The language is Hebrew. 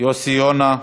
יוסי יונה,